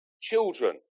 Children